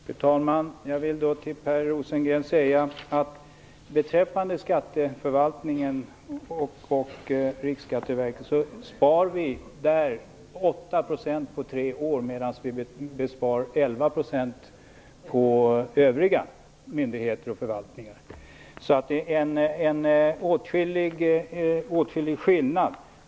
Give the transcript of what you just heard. Fru talman! Jag vill till Per Rosengren säga att vi sparar 8 % på tre år på Skatteförvaltningen och Riksskatteverket, medan vi sparar 11 % på övriga myndigheter och förvaltningar. Det är en avsevärd skillnad.